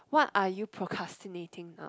what are you procrastinating now